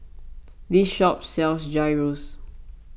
this shop sells Gyros